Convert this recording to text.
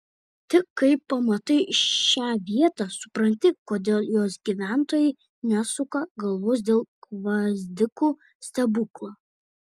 tik kai pamatai šią vietą supranti kodėl jos gyventojai nesuka galvos dėl gvazdikų stebuklo